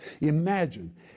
Imagine